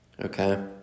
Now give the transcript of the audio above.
Okay